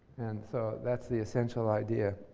and so, that's the essential idea.